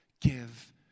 Give